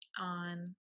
on